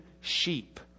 sheep